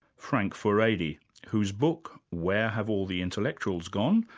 frank furedi, whose book, where have all the intellectuals gone?